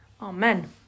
Amen